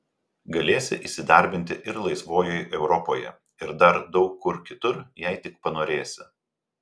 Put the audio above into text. galėsi įsidarbinti ir laisvojoj europoje ir dar daug kur kitur jei tik panorėsi